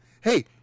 hey